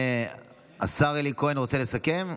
אמרנו כבר "אחרון הדוברים".